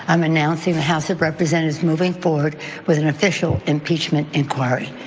i'm announcing the house of representatives moving forward with an official impeachment inquiry.